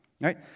right